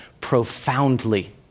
profoundly